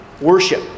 worship